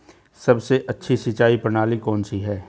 सबसे अच्छी सिंचाई प्रणाली कौन सी है?